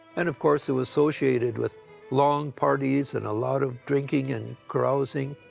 and of course, it was associated with long parties and a lot of drinking and carousing.